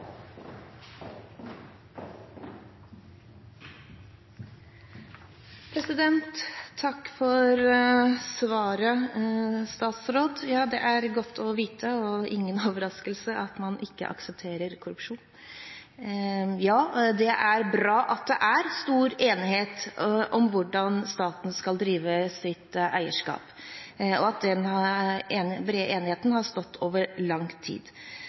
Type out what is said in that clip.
godt å vite og ingen overraskelse at man ikke aksepterer korrupsjon. Det er bra at det er stor enighet om hvordan staten skal drive sitt eierskap, og at den brede enigheten har bestått over lang tid,